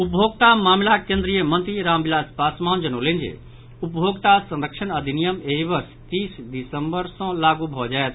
उपभोक्ता मामिलाक केन्द्रीय मंत्री रामविलास पासवान जनौलनि जे उपभोक्ता संरक्षण अधिनियम एहि वर्ष तीस दिसम्बर सॅ लागू भऽ जायत